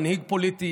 מנהיג פוליטי,